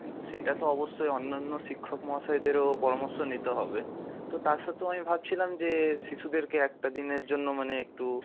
হুম সেটা তো অবশ্যই অন্যান্য শিক্ষক মহাশয়দেরও পরামর্শ নিতে হবে তো তার সাথেও আমি ভাবছিলাম যে শিশুদেরকে একটা দিনের জন্য মানে একটু